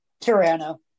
Toronto